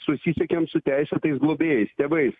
susisiekiam su teisėtais globėjais tėvais